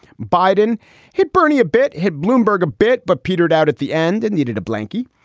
biden hit bernie a bit, hit bloomberg a bit, but petered out at the end and needed a blanky.